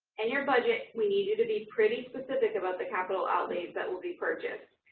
and your budget, we need you to be pretty specific about the capital outlays that will be purchased.